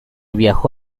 viajó